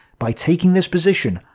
by taking this position,